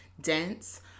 dense